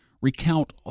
recount